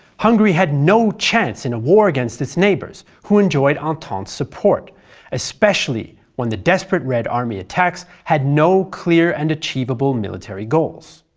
hungary had no chance in a war against its neighbours, who enjoyed entente support especially when the desperate red army attacks had no clear and achievable military goals